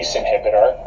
inhibitor